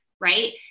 right